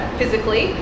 physically